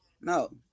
no